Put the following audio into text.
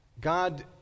God